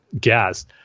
gas